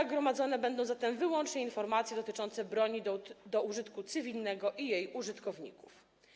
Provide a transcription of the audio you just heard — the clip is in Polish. W SRB gromadzone będą zatem wyłącznie informacje dotyczące broni do użytku cywilnego i jej użytkowników.